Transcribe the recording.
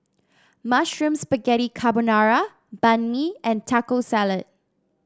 Mushroom Spaghetti Carbonara Banh Mi and Taco Salad